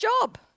job